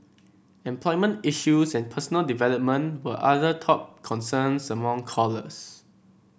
employment issues and personal development were other top concerns among callers